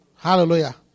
Hallelujah